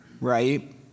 right